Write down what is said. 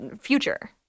future